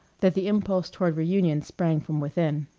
that the impulse toward reunion sprang from within.